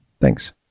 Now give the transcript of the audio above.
Thanks